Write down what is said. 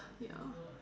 ya